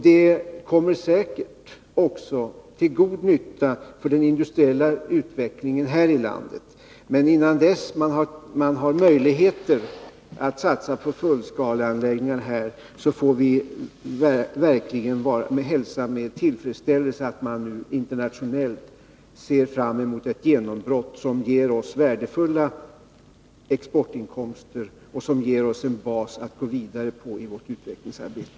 Det kommer säkert också till god nytta för den industriella utvecklingen här i landet, men innan man har möjlighet att satsa på fullskaleanläggningar får vi verkligen hälsa med tillfredsställelse att man kan se fram emot ett genombrott internationellt, som ger oss värdefulla exportinkomster och en bas att gå vidare på i vårt utvecklingsarbete.